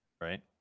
right